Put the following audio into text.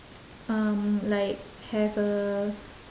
um like have a